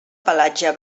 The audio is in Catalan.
pelatge